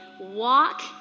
walk